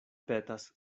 petas